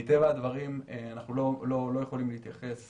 מטבע הדברים אנחנו לא יכולים להתייחס